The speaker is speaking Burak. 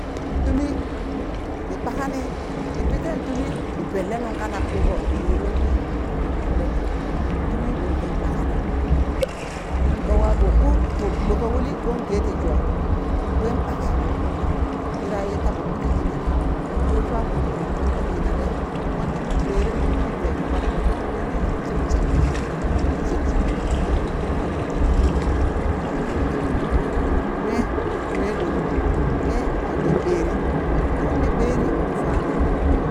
Tumi ni ɓakani ni pi ten tumi ni benle nung kanak ɓo niye lo shwa ni debleni tumi uri tin ɓakana ɓawa ɓo u ɓo ɗoka uli ɓon ge ti jwa ɓwen ɓake yira ye taɓo uti ti yinale lo shwa ɓon dong kung ti yinale mon timon ɓere nung nwa jwe shuka mo wili shimshim mon wi shimshim mo yili mo nele tumimo mon nele tumimo nwe nwe ɗonu ne mo ne ɓeri monne beri nu fanu.